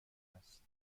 است